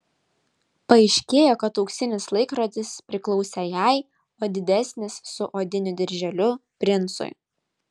paaiškėjo kad auksinis laikrodis priklausė jai o didesnis su odiniu dirželiu princui